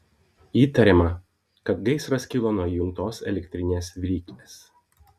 įtariama kad gaisras kilo nuo įjungtos elektrinės viryklės